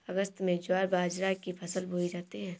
अगस्त में ज्वार बाजरा की फसल बोई जाती हैं